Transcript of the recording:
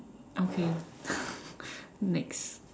okay next